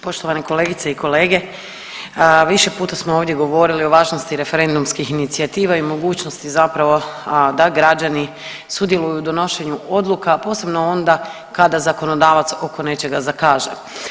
Poštovane kolegice i kolege, više puta smo ovdje govorili o važnosti referendumskih inicijativa i mogućnosti zapravo da građani sudjeluju u donošenju odluka, a posebno onda kada zakonodavac oko nečega zakaže.